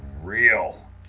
real